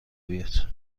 بیاد